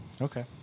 Okay